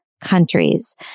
countries